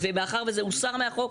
ומאחר שזה הוסר מהחוק,